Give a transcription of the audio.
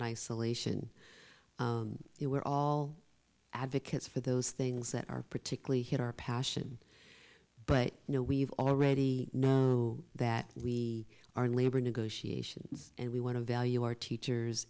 in isolation they were all advocates for those things that are particularly hit our passion but you know we've already know that we are in labor negotiations and we want to value our teachers